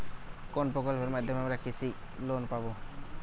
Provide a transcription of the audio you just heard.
কোন প্রকল্পের মাধ্যমে আমরা কৃষি লোন পাবো?